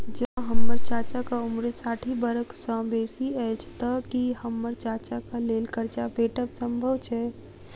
जँ हम्मर चाचाक उम्र साठि बरख सँ बेसी अछि तऽ की हम्मर चाचाक लेल करजा भेटब संभव छै?